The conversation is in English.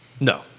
No